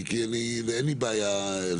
אין לי בעיה,